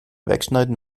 wegschneiden